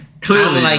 clearly